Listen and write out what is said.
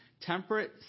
temperate